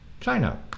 China